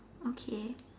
okay